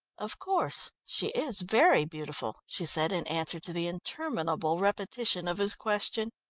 of course she is very beautiful, she said in answer to the interminable repetition of his question.